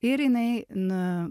ir jinai na